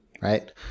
right